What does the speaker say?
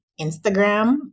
Instagram